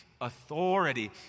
authority